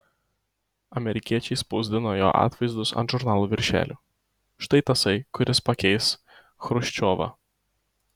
amerikiečiai spausdino jo atvaizdus ant žurnalų viršelių štai tasai kuris pakeis chruščiovą